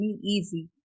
easy